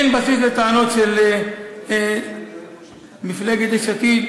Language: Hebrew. אין בסיס לטענות של מפלגת יש עתיד,